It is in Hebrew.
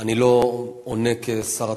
אני לא עונה כשר התרבות,